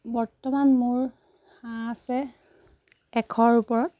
বৰ্তমান মোৰ হাঁহ আছে এশৰ ওপৰত